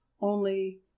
Only